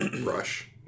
brush